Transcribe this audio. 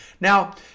now